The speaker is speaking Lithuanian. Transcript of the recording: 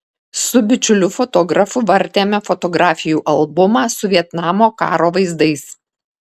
su bičiuliu fotografu vartėme fotografijų albumą su vietnamo karo vaizdais